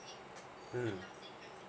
mm